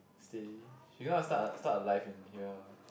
steady she want to start a start a life in here